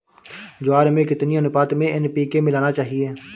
ज्वार में कितनी अनुपात में एन.पी.के मिलाना चाहिए?